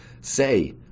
Say